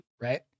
right